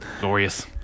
glorious